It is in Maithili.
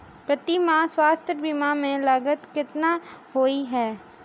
प्रति माह स्वास्थ्य बीमा केँ लागत केतना होइ है?